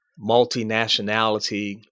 multinationality